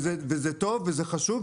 וזה טוב וזה חשוב.